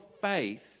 faith